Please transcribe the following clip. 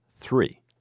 three